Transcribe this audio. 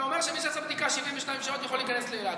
אתה אומר שמי שעשה בדיקה לפני 72 שעות יכול להיכנס לאילת,